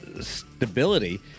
stability